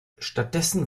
stattdessen